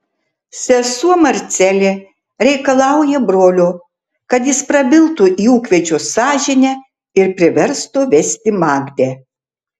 sesuo marcelė reikalauja brolio kad jis prabiltų į ūkvedžio sąžinę ir priverstų vesti magdę